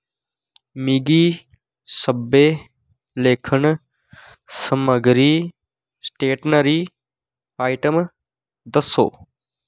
मिगी सब्भै लेखन समग्गरी स्टेशनरी आइटम दस्सो